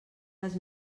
les